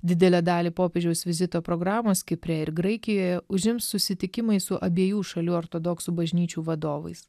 didelę dalį popiežiaus vizito programos kipre ir graikijoje užims susitikimai su abiejų šalių ortodoksų bažnyčių vadovais